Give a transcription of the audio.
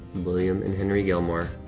william and henry gilmore,